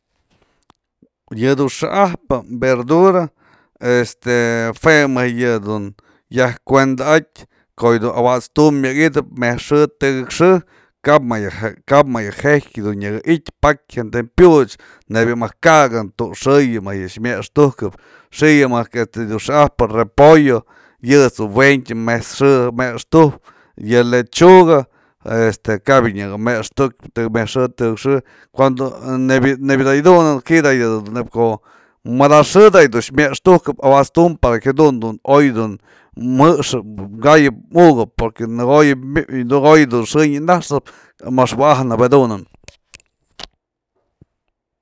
Yë dun xa'ajpë verdura este jue mëjk yë dun yaj kuenda atyë ko'o yë du awa'ats tum myak ydëp met's xë, tëkëk xë kap, kap më yë je'ijk dun nyaka i'ityë pakya jyan tëm pyuch, nebya mëjk ka'akën tu'u xëyë mëjk yë myextuk, si'i yë mëjk dun xa'ajpë repollo yët's dun wëntyë mejt's xë mextujpë, yë lechuga este kap yë nyaka mextu'ukë met's xë, tëkëk xë cuando, ne- nebya da'a yë dunën ji'i da'a yë dun neyb ko'o madax xë da yëdun myextukëp awa'ats tum para que jadun dun oy dun mjëxëp kayëp ukëp porque në ko'o yë du xë nyanaxnë mëxwa'ajnëp yëdunën.